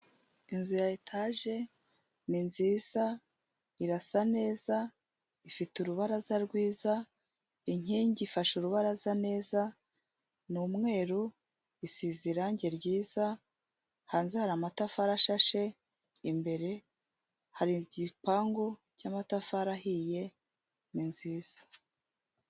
Inzu ya etage, ni nziza irasa neza, ifite urubaraza rwiza, inkingi ifashe urubaraza neza, ni umweru, isize irangi ryiza, hanze hari amatafari ashashe, imbere hari igipangu cy'amatafari ahiye, ni nziza.